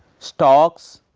stocks,